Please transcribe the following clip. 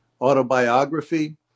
autobiography